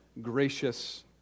gracious